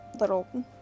little